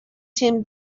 tim